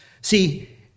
See